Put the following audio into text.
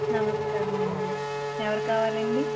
నమస్కారమండి ఎవరు కావాలండి